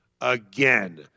Again